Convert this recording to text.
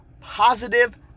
positive